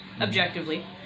Objectively